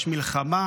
יש מלחמה,